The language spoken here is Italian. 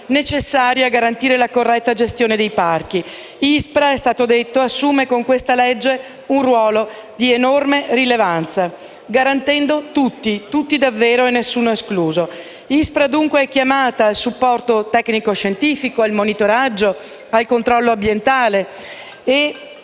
necessari a garantire la corretta gestione dei parchi. L’ISPRA - è stato detto - assume con questa legge un ruolo di enorme rilevanza, garantendo tutti - tutti davvero - nessuno escluso. L’ISPRA è dunque chiamato al supporto scientifico-tecnico, al monitoraggio, al controllo ambientale e